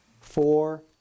Four